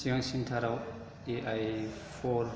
सिगांसिनथाराव AI four